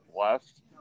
left